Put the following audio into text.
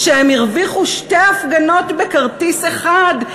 שהם הרוויחו שתי הפגנות בכרטיס אחד,